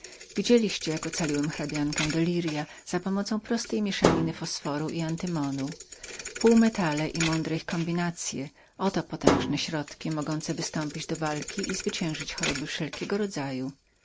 widzieliście jak ocaliłem hrabiankę lirias za pomocą prostej mieszaniny fosforu i antymonu półmetale i mądre ich kombinacye oto są potężne środki mogące wystąpić do walki i zwyciężyć choroby wszelkiego rodzaju